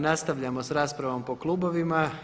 Nastavljamo s raspravom po klubovima.